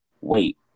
Wait